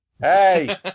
Hey